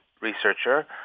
researcher